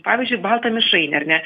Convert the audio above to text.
pavyzdžiui baltą mišrainę ar ne